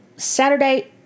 saturday